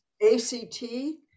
A-C-T